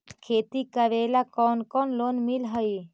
खेती करेला कौन कौन लोन मिल हइ?